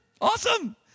Awesome